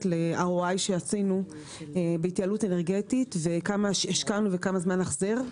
ל-ROI שעשינו בהתייעלות אנרגטית וכמה השקענו וכמה זמן החזר.